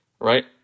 right